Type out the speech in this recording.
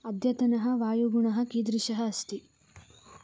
अद्यतनः वायुगुणः कीदृशः अस्ति